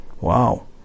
Wow